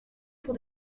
pour